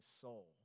soul